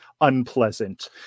unpleasant